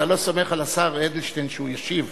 אתה לא סומך על השר אדלשטיין שהוא ישיב?